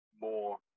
more